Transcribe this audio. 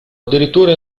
addirittura